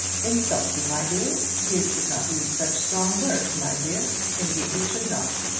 insult you, my dear! you should not use such strong words, my dear indeed you should not.